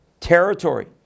Territory